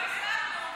לא הספקנו.